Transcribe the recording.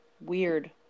weird